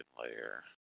layer